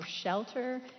shelter